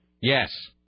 Yes